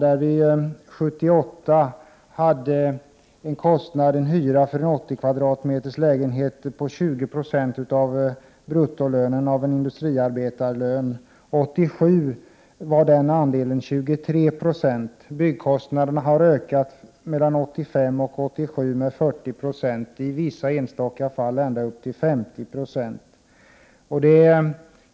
År 1978 var hyran för en lägenhet på 80 m? 20 26 av bruttolönen för en industriarbetare. År 1987 var andelen 23 26. Byggkostnaderna har ökat mellan 1985 och 1987 med 40 96, och i enstaka fall med ända upp till 50 96.